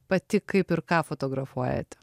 pati kaip ir ką fotografuojat